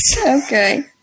Okay